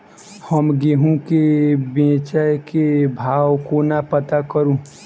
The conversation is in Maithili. हम गेंहूँ केँ बेचै केँ भाव कोना पत्ता करू?